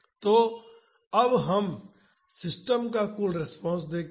तो अब हम सिस्टम का कुल रिस्पांस देखते हैं